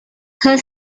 her